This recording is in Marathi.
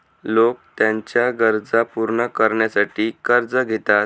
लोक त्यांच्या गरजा पूर्ण करण्यासाठी कर्ज घेतात